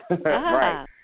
Right